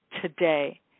today